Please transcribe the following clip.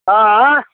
आँय